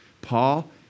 Paul